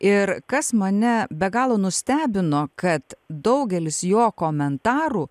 ir kas mane be galo nustebino kad daugelis jo komentarų